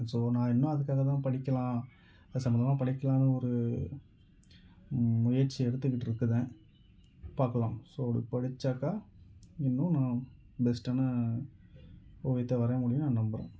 so நான் இன்னும் அதுக்காகதான் படிக்கலாம் அது சம்மந்தமாக படிக்கலாம்னு ஒரு முயற்சி எடுத்துக்கிட்ருக்கிறேன் பார்க்கலாம் ஸோ படித்தாக்கா இன்னும் நான் பெஸ்ட்டான ஓவியத்தை வரைய முடியும்னு நான் நம்புகிறேன்